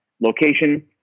location